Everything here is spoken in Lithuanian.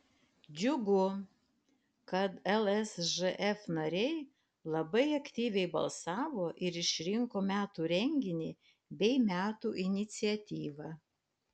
džiugu kad lsžf nariai labai aktyviai balsavo ir išrinko metų renginį bei metų iniciatyvą